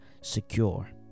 secure